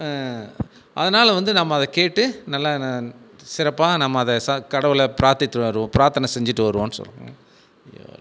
அதனால வந்து நம்ம அதை கேட்டு நல்லா ந சிறப்பாக நம்ம அதை ச கடவுளை பிராத்தித்து வருவோம் பிராத்தனை செஞ்சிகிட்டு வருவோன்னு சொல்லுவோம்